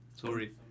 Sorry